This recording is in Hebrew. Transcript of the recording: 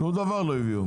שום דבר לא הביאו.